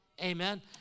Amen